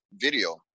video